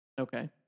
Okay